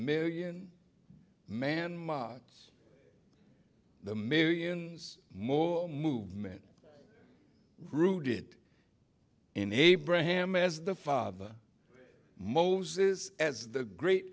million man march the millions more movement rooted in abraham as the father moses as the great